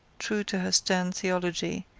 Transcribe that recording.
true to her stern theology,